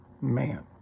man